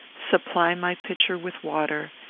supply my pitcher with water,